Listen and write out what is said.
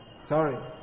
Sorry